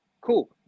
cool